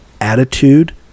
attitude